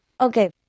Okay